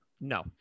No